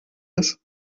ist